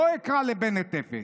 לא אקרא לבנט אפס,